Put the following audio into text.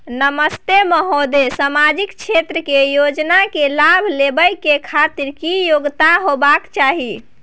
नमस्ते महोदय, सामाजिक क्षेत्र के योजना के लाभ लेबै के खातिर की योग्यता होबाक चाही?